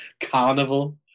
carnival